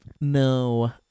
no